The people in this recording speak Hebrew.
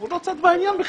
והוא לא צד בעניין בכלל.